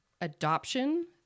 adoption